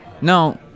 no